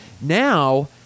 now